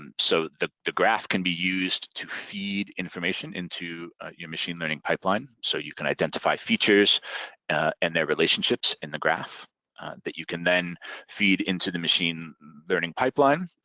um so the the graph can be used to feed information into a machine learning pipeline so you can identify features and their relationships in the graph that you can then feed into the machine learning pipeline,